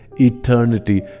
Eternity